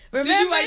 Remember